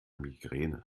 migräne